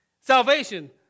Salvation